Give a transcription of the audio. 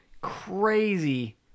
crazy